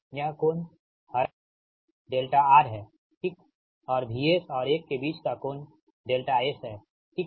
यह कोण हरा रंग यह δR है ठीक है और VS और I के बीच का कोण δS है ठीक है